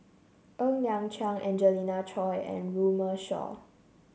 Ng Liang Chiang Angelina Choy and Runme Shaw